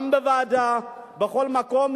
גם בוועדה ובכל מקום,